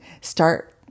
start